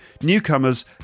newcomers